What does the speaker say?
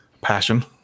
passion